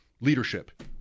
leadership